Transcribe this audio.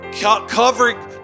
covering